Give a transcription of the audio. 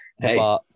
Hey